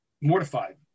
mortified